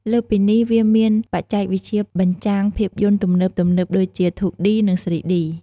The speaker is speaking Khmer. លើសពីនេះ វាមានបច្ចេកវិទ្យាបញ្ចាំងភាពយន្តទំនើបៗដូចជា ធូឌី (2D) និង ស្រ៊ីឌី (3D)។